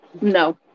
No